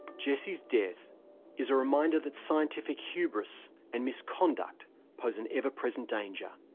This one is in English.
jesse's death is a reminder that scientific hubris and misconduct pose an ever-present danger.